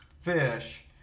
fish